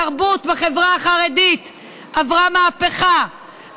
התרבות בחברה החרדית עברה מהפכה,